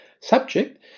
subject